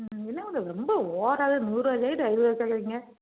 ம் ம் என்னங்க மேடம் ரொம்ப ஓவராகவே நூறுபா ஜாக்கெட்டுக்கு ஐந்நூறுபா கேக்கிறீங்க